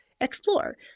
Explore